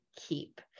keep